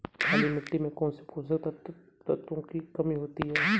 काली मिट्टी में कौनसे पोषक तत्वों की कमी होती है?